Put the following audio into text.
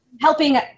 helping